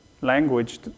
language